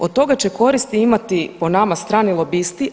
Od toga će koristi imati po nama strani lobisti.